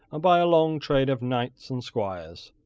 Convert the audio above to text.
by a long train of knights and squires.